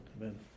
Amen